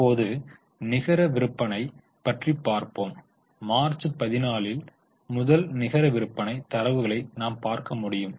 இப்போது நிகர விற்பனை பற்றி பார்ப்போம் மார்ச் 14 முதல் நிகர விற்பனை தரவுகளை நாம் பார்க்க முடியும்